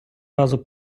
разу